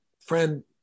friend